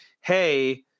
Hey